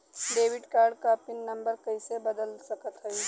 Debit card क pin number कइसे बदल सकत हई?